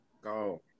Go